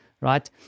right